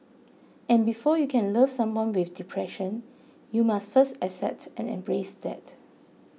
and before you can love someone with depression you must first accept and embrace that